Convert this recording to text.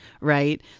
right